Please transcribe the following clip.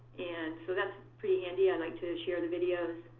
and so that's pretty handy. i like to share the videos.